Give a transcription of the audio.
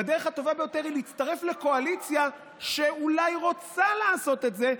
והדרך הטובה ביותר היא להצטרף לקואליציה שאולי רוצה לעשות את זה,